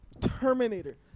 Terminator